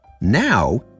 Now